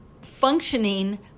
functioning